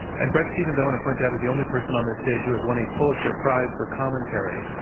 and bret stephens, i want to point out, is the only person on this stage who has won a pulitzer prize for commentary.